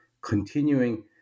continuing